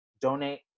donate